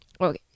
okay